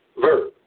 verb